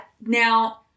now